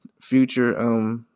future